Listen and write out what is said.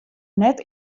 net